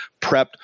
prepped